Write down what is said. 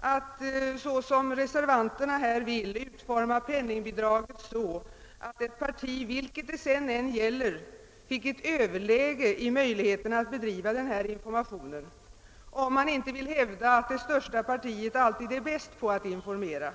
att såsom reservanterna vill utforma penningbidraget så att ett parti, vilket det än gäller, fick ett överläge i möjligheten att bedriva information, om man inte vill hävda att det största partiet alltid är bäst i fråga om att informera.